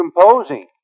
composing